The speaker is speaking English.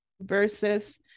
versus